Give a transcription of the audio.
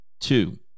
Two